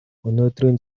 өнөөдрийн